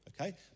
okay